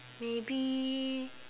maybe